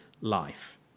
life